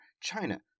China